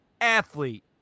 athlete